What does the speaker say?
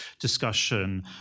discussion